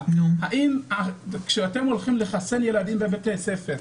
האם כאשר אתם הולכים לחסן בבתי הספר,